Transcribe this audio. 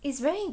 it's very